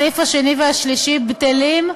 והסעיף השני והשלישי בטלים.